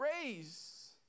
Grace